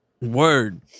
Word